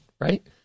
right